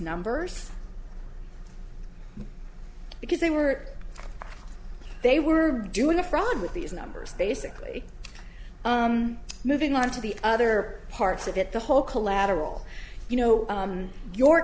numbers because they were they were doing a fraud with these numbers basically moving on to the other parts of it the whole collateral you know your